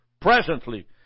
presently